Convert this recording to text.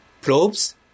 probes